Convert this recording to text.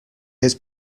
his